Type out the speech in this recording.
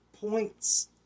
points